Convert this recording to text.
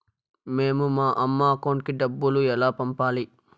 మేము మా అమ్మ అకౌంట్ కి డబ్బులు ఎలా పంపాలి